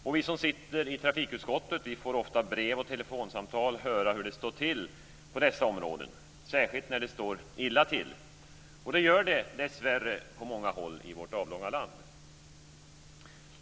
Och vi som sitter i trafikutskottet får ofta i brev och telefonsamtal höra hur det står till på dessa områden, särskilt när det står illa till, och det gör det dessvärre på många håll i vårt avlånga land.